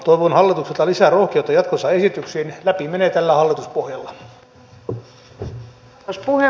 toivon hallitukselta lisää rohkeutta jatkossa esityksiin läpi menevät tällä hallituspohjalla